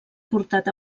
portat